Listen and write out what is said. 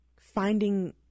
finding